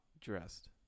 dressed